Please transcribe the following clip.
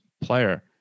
player